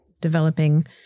developing